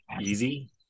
easy